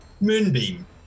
Moonbeam